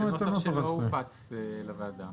זה לא הופץ לוועדה.